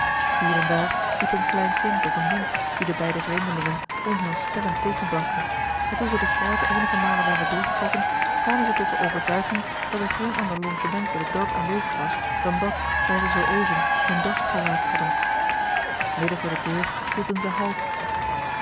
hier en daar liep een klein kind of een hond die de beide vreemdelingen onheilspellend tegenblafte en toen zij de straten eenige malen waren doorgetrokken kwamen zij tot de overtuiging dat er geen ander logement in het dorp aanwezig was dan dat waar zij zoo even hun dorst gelaafd hadden midden voor de deur hielden zij halt